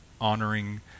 honoring